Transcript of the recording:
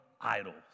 idols